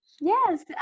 Yes